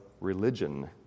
religion